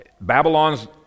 Babylon's